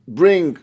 bring